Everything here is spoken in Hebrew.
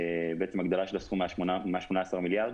בעצם הגדלה של הסכום מה-18 מיליארד,